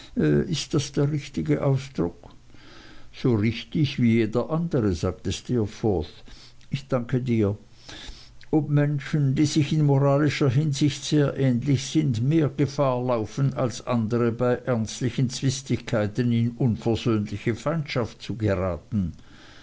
ist das der richtige ausdruck so richtig wie jeder andere sagte steerforth ich danke dir ob menschen die sich in moralischer hinsicht sehr ähnlich sind mehr gefahr laufen als andere bei ernstlichen zwistigkeiten in unversöhnliche feindschaft zu geraten